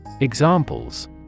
Examples